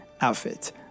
outfit